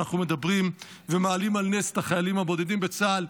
שבו אנחנו מדברים ומעלים על נס את החיילים הבודדים בצה"ל,